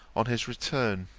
on his return.